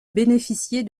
bénéficier